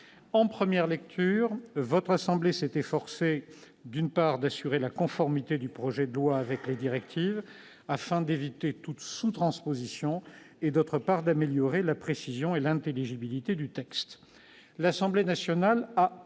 En première lecture, votre assemblée s'est efforcée, d'une part, d'assurer la conformité du projet de loi avec les directives, afin d'éviter toute sous-transposition et, d'autre part, d'améliorer la précision et l'intelligibilité du texte. L'Assemblée nationale a,